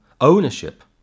ownership